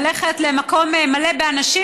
ללכת למקום מלא באנשים,